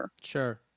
Sure